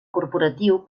corporatiu